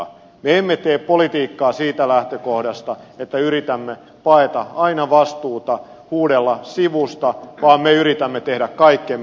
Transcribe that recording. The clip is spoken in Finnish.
me emme tee politiikkaa siitä lähtökohdasta että yritämme paeta aina vastuuta huudella sivusta vaan me yritämme tehdä kaikkemme